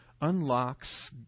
unlocks